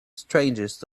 strangest